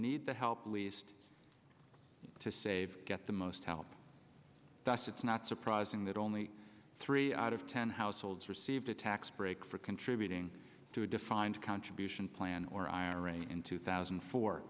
need to help least to save get the most help that's it's not surprising that only three out of ten households received a tax break for contributing to a defined contribution plan or ira in two thousand